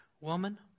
Woman